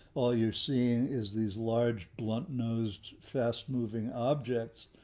all you're seeing is these large blunt nosed fast moving objects.